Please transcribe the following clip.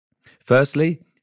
Firstly